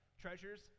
treasures